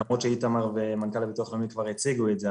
למרות שאיתמר ומנכ"ל הביטוח הלאומי כבר הציגו את זה.